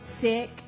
sick